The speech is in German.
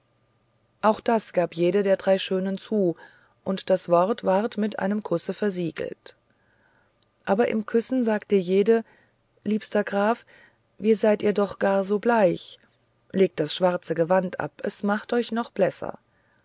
auch das gab jede der drei schönen zu und das wort ward mit einem kusse versiegelt aber im küssen sagte jede liebster graf wie seid ihr doch so gar bleich legt das schwarze gewand ab es macht euch noch blässer